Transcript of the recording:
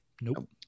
Nope